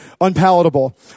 unpalatable